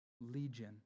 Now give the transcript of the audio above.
legion